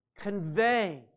convey